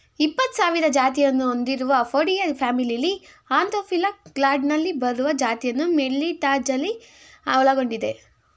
ಇಪ್ಪತ್ಸಾವಿರ ಜಾತಿಯನ್ನು ಹೊಂದಿರುವ ಅಪೊಯಿಡಿಯಾ ಫ್ಯಾಮಿಲಿಲಿ ಆಂಥೋಫಿಲಾ ಕ್ಲಾಡ್ನಲ್ಲಿ ಬರುವ ಜಾತಿಯನ್ನು ಮೆಲಿಟಾಲಜಿ ಒಳಗೊಂಡಿದೆ